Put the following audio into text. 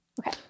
Okay